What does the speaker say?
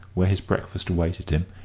where his breakfast awaited him,